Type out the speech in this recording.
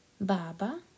Baba